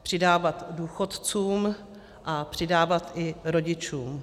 Přidávat důchodcům a přidávat i rodičům.